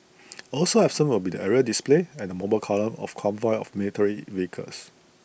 also absent will be the aerial displays and mobile column of convoy of military vehicles